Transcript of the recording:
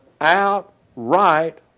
outright